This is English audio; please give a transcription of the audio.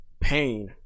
pain